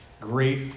great